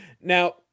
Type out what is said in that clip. now